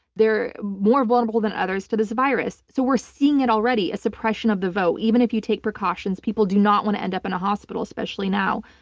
they're more vulnerable than others to this virus. so we're seeing it already, a suppression of the vote. even if you take precautions, people do not want to end up in a hospital, especially now.